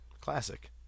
classic